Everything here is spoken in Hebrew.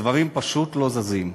הדברים פשוט לא זזים.